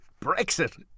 Brexit